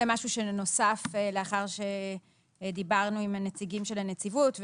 זה סעיף שנוסח לאחר שדיברנו עם הנציגים של הנציבות.